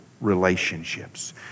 relationships